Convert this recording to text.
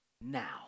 now